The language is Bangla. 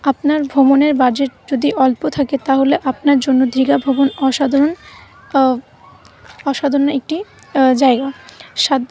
আপনার ভ্রমণের বাজেট যদি অল্প থাকে তাহলে আপনার জন্য দীঘা ভ্রমণ অসাধারণ অসাধারণ একটি জায়গা স্বাদ